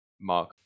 Mark